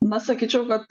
na sakyčiau kad